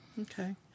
Okay